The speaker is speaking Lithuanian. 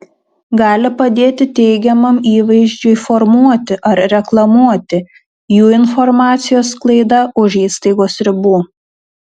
gali padėti teigiamam įvaizdžiui formuoti ar reklamuoti jų informacijos sklaida už įstaigos ribų